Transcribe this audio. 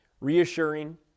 Reassuring